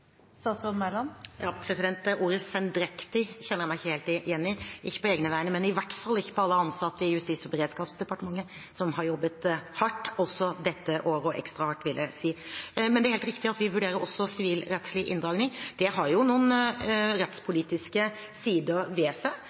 Ordet «sendrektig» kjenner jeg meg ikke helt igjen i, ikke på egne vegne, men i hvert fall ikke på vegne av alle ansatte i Justis- og beredskapsdepartementet, som har jobbet hardt også dette året – ekstra hardt, vil jeg si. Men det er helt riktig at vi også vurderer sivilrettslig inndragning. Det har noen rettspolitiske sider ved seg,